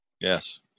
Yes